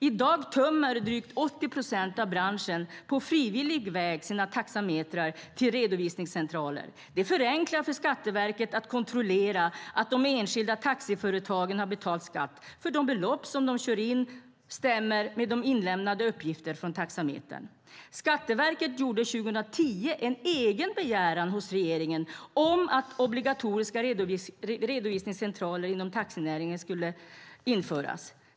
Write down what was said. I dag tömmer drygt 80 procent av branschen på frivillig väg sina taxametrar till redovisningscentraler. Det förenklar för Skatteverket att kontrollera att de enskilda taxiföretagen har betalt skatt för de belopp som de kör in och att de stämmer med de inlämnade uppgifterna från taxametern. Skatteverket gjorde 2010 en egen begäran hos regeringen att obligatoriska redovisningscentraler inom taxinäringen skulle införas.